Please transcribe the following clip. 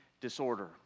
disorder